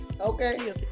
Okay